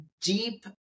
deep